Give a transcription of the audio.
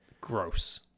Gross